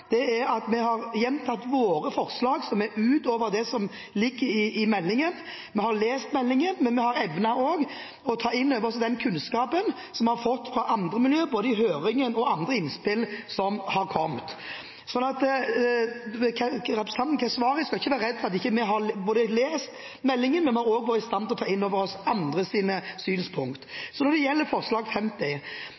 Høyre, er at vi har gjentatt våre forslag som er utover det som ligger i meldingen. Vi har lest meldingen, men vi har også evnet å ta inn over oss den kunnskapen som vi har fått fra andre miljøer, både i høringen og i andre innspill som har kommet. Representanten Keshvari skal ikke være redd for at vi ikke har lest meldingen, men vi har også vært i stand til å ta inn over oss